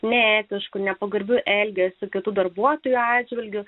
neetišku nepagarbiu elgesiu kitų darbuotojų atžvilgiu